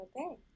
Okay